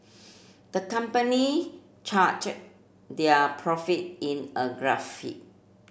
the company charted their profit in a